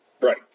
Right